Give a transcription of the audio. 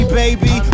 baby